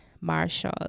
Marshall